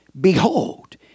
behold